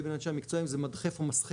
בין אנשי המקצוע אם זה מדחף או מסחב.